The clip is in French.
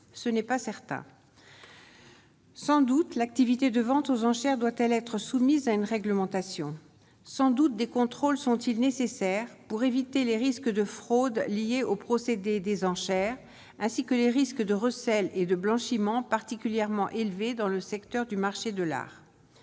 ce n'est pas certain. Sans doute l'activité de vente aux enchères doit-elle être soumise à une réglementation, sans doute, des contrôles sont-ils nécessaires pour éviter les risques de fraude liés au procédé des enchères, ainsi que les risques de recel et de blanchiment particulièrement élevé dans le secteur du marché de l'art